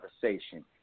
conversation